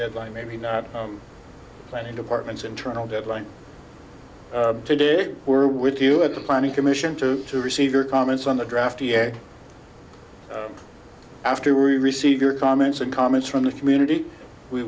deadline maybe not planning department internal deadline today we're with you at the planning commission to to receive your comments on the draft after we receive your comments and comments from the community we